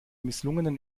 misslungenen